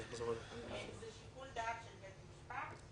זה שיקול דעת של בית משפט,